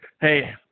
hey